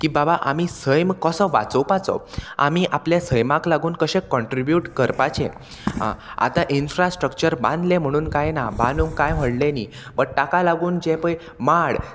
की बाबा आमी सैम कसो वाचोवपाचो आमी आपल्या सैमाक लागून कशें कॉन्ट्रिब्यूट करपाचें आतां इन्फ्रास्ट्रक्चर बांदलें म्हणून कांय ना बांदूंक कांय व्हडलें न्ही बट ताका लागून जें पय माड